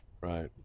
right